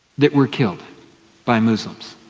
that were killed by muslims.